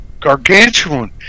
gargantuan